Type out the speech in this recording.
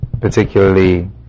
particularly